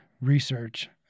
research